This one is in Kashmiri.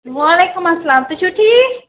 وعلیکُم السلام تُہۍ چھِو ٹھیٖک